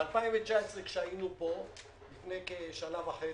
ב-2019, כשהיינו פה לפני כשנה וחצי,